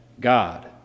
God